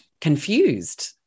confused